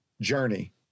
journey